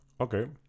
Okay